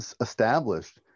established